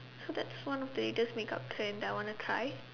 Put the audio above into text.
so that's one of the latest make up trend that I want to try